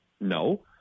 No